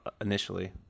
initially